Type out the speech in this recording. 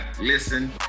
listen